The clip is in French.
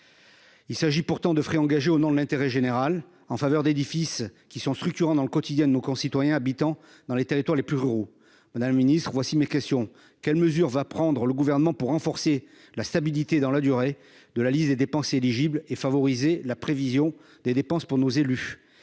Il s'agit pourtant de dépenses engagées au nom de l'intérêt général en faveur d'édifices structurants dans le quotidien de nos concitoyens habitant dans les territoires les plus ruraux. Quelles mesures le Gouvernement prendra-t-il pour renforcer la stabilité dans la durée de la liste des dépenses éligibles et favoriser la prévision des dépenses pour nos élus ?